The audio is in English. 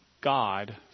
God